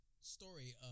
story